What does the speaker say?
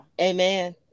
amen